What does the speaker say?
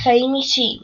חיים אישיים